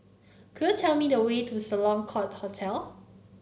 could you tell me the way to Sloane Court Hotel